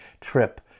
trip